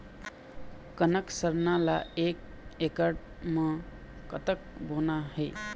कनक सरना ला एक एकड़ म कतक बोना हे?